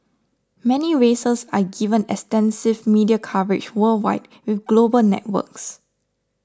many races are given extensive media coverage worldwide with global networks